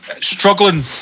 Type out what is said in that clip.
Struggling